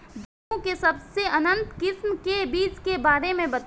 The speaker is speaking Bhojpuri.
गेहूँ के सबसे उन्नत किस्म के बिज के बारे में बताई?